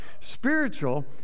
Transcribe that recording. Spiritual